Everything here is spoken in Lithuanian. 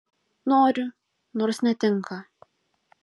noriu nors netinka